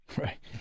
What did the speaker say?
Right